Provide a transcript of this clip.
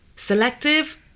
Selective